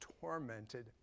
tormented